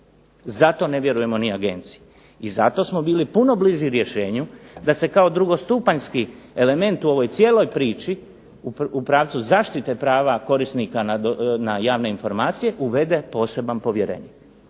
Zato ne vjerujemo ni Agenciji, zato smo bili puno bliži rješenju da se kao drugostupanjski element u ovoj cijeloj priči u pravcu zaštite prava korisnika na javne informacije uvede poseban povjerenik.